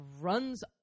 runs